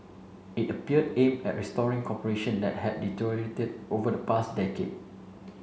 it appeared aimed at restoring cooperation that had deteriorated over the past decade